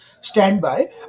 standby